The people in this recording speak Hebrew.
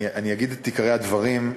אני אגיד את עיקרי הדברים: